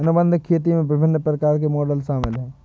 अनुबंध खेती में विभिन्न प्रकार के मॉडल शामिल हैं